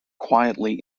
quietly